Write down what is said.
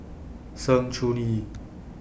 Sng Choon Yee